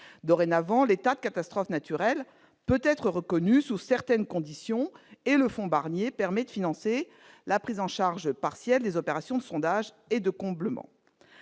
Dorénavant, l'état de catastrophe naturelle peut être reconnu sous certaines conditions et le Fonds Barnier permet de financer la prise en charge partielle des opérations de sondage et de comblement.